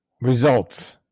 results